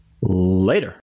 Later